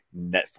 Netflix